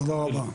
תודה רבה.